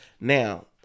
Now